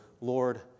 Lord